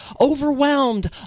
overwhelmed